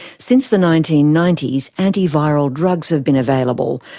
since the nineteen ninety s antiviral drugs have been available,